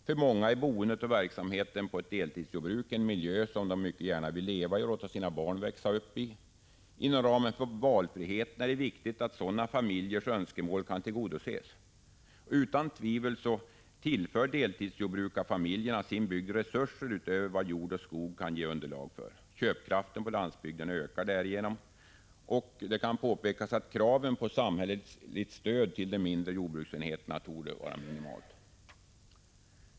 För många är boendet och verksamheten på ett deltidsjordbruk en miljö som de mycket gärna vill leva i och låta sina barn växa upp i. Inom ramen för valfriheten är det viktigt att sådana familjers önskemål kan tillgodoses. Utan tvivel tillför deltidsjordbrukarfamiljerna sin bygd resurser utöver vad jord och skog kan ge underlag för. Köpkraften på landsbygden ökar därigenom. Det kan påpekas att kraven på samhälleligt stöd till de mindre jordbruksenheterna torde vara minimala.